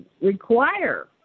require